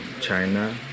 China